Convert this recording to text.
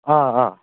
ꯑꯥ ꯑꯥ